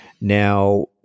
now